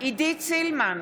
עידית סילמן,